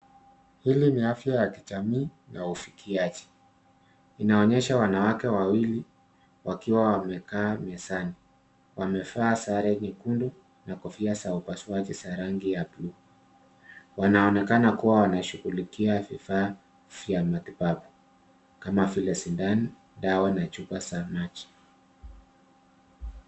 Hili ni afya ya kijamii na ufikiaji, linaonyesha wanawake wawili wakiwa wamekaa mezani, wamevaa sare nyekundu na kofia za upasuaji za rangi ya bluu, wanaonekana kuwa wanashughulikia vifaa vya matibabu kama vile sindano, dawa na chupa za maji.